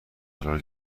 قرار